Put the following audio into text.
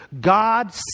God